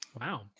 Wow